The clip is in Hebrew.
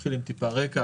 נתחיל עם טיפה רקע.